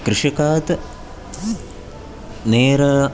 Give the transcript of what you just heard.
कृषकात् नेर